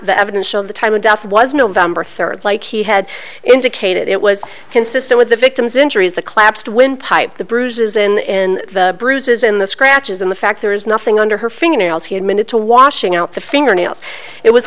the evidence showed the time of death was november third like he had indicated it was consistent with the victim's injuries the collapsed windpipe the bruises in bruises in the scratches and the fact there is nothing under her fingernails he admitted to washing out the fingernails it was